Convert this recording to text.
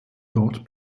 dort